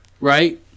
right